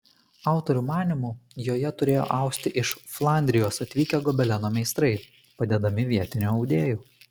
autorių manymu joje turėjo austi iš flandrijos atvykę gobeleno meistrai padedami vietinių audėjų